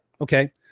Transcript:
Okay